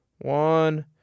One